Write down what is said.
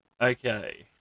Okay